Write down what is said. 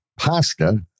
pasta